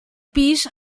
pis